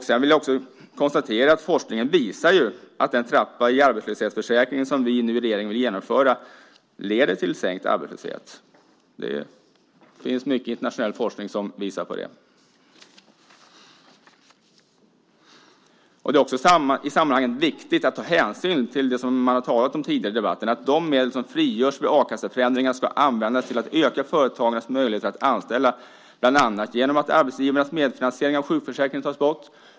Sedan vill jag också konstatera att forskningen visar att den trappa i arbetslöshetsförsäkringen, som vi och regeringen nu vill genomföra, leder till sänkt arbetslöshet. Det finns mycket internationell forskning som visar på det. Det är också i sammanhanget viktigt att ta hänsyn till det som man har talat om tidigare i debatten, att de medel som frigörs vid a-kasseförändringarna ska användas till att öka företagarnas möjligheter att anställa, bland annat genom att arbetsgivarnas medfinansiering av sjukförsäkringen tas bort.